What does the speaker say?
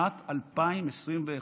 שנת 2021,